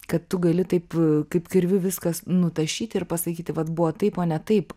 kad tu gali taip kaip kirviu viskas nutašyti ir pasakyti vat buvo taip o ne taip